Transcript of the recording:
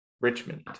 Richmond